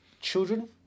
children